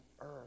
earth